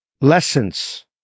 Lessons